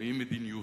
באי-מדיניות.